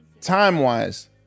time-wise